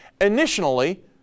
Initially